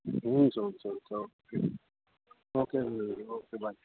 हुन्छ हुन्छ हुन्छ ओके ओके बाई